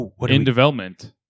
In-development